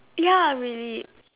ya really